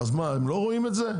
מה, הם לא רואים את זה?